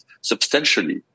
substantially